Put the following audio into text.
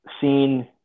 seen